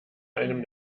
einem